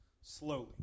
slowly